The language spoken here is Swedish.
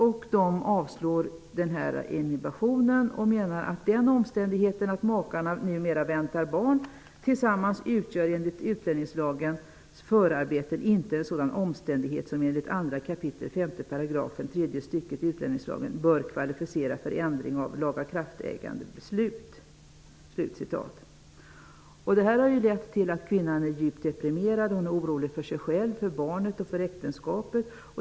Denna ansökan avslås med motiveringen: ''Den omständigheten att makarna numera väntar barn tillsammans utgör enligt utlänningslagens förarbeten inte en sådan omständighet som enligt 2 kap. 5 § tredje stycket utlänningslagen bör kvalificera för ändring av lagakraftägande beslut.'' Det här har lett till att kvinnan är djupt deprimerad, orolig för sig själv, för barnet och för äktenskapet.